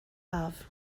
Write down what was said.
haf